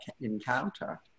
encounter